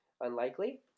unlikely